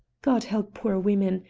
god help poor women!